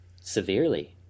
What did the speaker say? severely